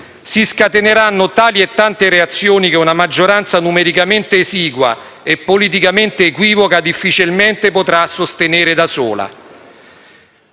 si scateneranno tali e tante reazioni che una maggioranza numericamente esigua e politicamente equivoca difficilmente potrà sostenere da sola.